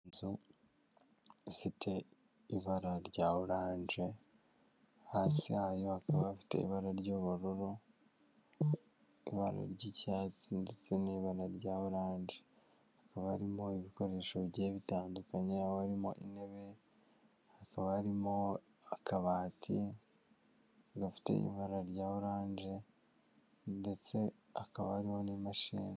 Inzu ifite ibara rya oranje, hasi hayo hakaba hafite ibara ry'ubururu, ibara ry'icyatsi ndetse n'ibara rya oranje. Hakaba harimo ibikoresho bigiye bitandukanye, aho harimo intebe, hakaba harimo akabati, gafite ibara rya oranje ndetse hakaba harimo n'imashini.